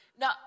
No